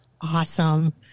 Awesome